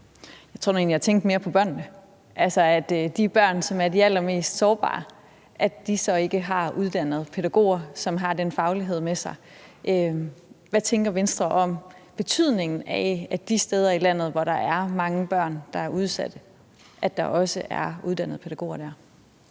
Jeg tror nu egentlig, jeg tænkte mere på børnene, altså at de børn, som er de allermest sårbare, ikke har uddannede pædagoger, som har den faglighed med sig. Hvad tænker Venstre om betydningen af, at der de steder i landet, hvor der er mange børn, der er udsatte, også er uddannede pædagoger?